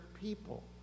people